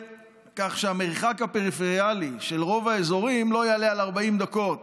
כך שהמרחק הפריפריאלי של רוב האזורים לא יעלה על 40 דקות